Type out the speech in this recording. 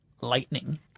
lightning